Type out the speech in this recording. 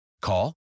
Call